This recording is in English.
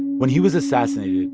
when he was assassinated,